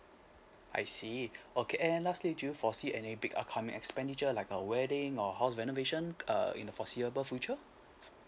I see okay and lastly do you foresee any big upcoming expenditure like a wedding or house renovation uh in a foreseeable future